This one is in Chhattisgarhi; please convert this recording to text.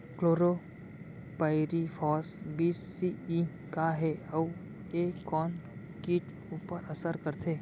क्लोरीपाइरीफॉस बीस सी.ई का हे अऊ ए कोन किट ऊपर असर करथे?